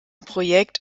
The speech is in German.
projekt